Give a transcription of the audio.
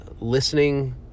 listening